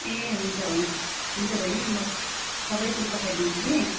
ए हुन्छ हुन्छ हुन्छ बैनी म सबै त्यो पठाइदिन्छु कि